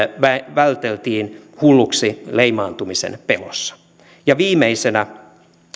välteltiin hulluksi leimaantumisen pelossa viimeisenä